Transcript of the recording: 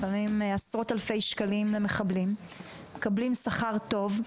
לפעמים עשרות אלפי שקלים למחבלים - מקבלים שכר טוב,